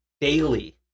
daily